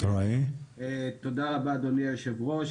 תודה רבה אדוני היושב-ראש,